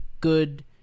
good